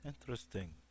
Interesting